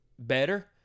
Better